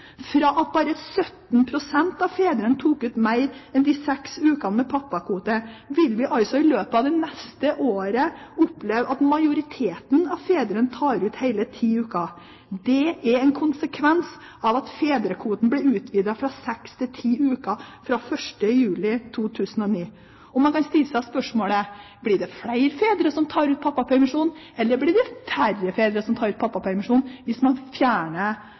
Fra det at bare 17 pst. av fedrene tok ut mer enn seks uker med pappakvote, vil vi altså i løpet av det neste året oppleve at majoriteten av fedrene tar ut hele ti uker. Det er en konsekvens av at fedrekvoten ble utvidet fra seks til ti uker fra 1. juli 2009. Man kan stille seg spørsmålet: Blir det flere fedre som tar ut pappapermisjon, eller blir det færre fedre som tar ut pappapermisjon hvis man fjerner